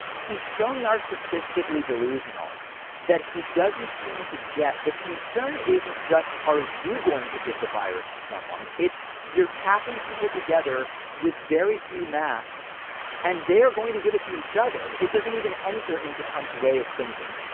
he's so narcissistically delusional that he doesn't seem to get the concern. isn't just. are you going to give the virus to someone? it's you're packing people together with very few masks and they're going to give it to each other. it doesn't even enter into trump's way of thinking.